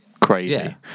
crazy